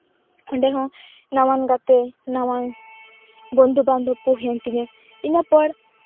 ᱚᱸᱰᱮ ᱦᱚᱸ ᱱᱟᱣᱟᱱ ᱜᱟᱛᱮ ᱱᱟᱣᱟᱱ ᱵᱚᱱᱫᱷᱩ ᱵᱟᱱᱫᱷᱚᱵ ᱠᱚ ᱦᱩᱭᱮᱱ ᱛᱤᱧᱟᱹ ᱤᱱᱟᱹᱯᱚᱨ